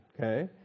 okay